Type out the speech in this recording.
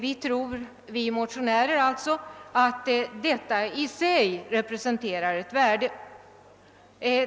Vi motionärer tror att detta i sig representerar ett värde.